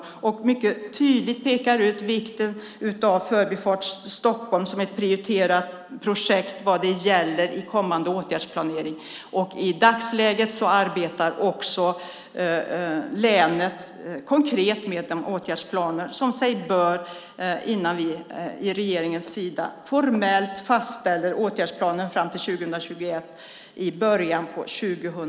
Vi pekar mycket tydligt ut vikten av Förbifart Stockholm som ett prioriterat projekt i kommande åtgärdsplanering. I dagsläget arbetar också länet, som sig bör, konkret med åtgärdsplanen innan vi från regeringens sida i början på 2010 formellt fastställer åtgärdsplanen fram till 2021.